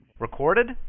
Recorded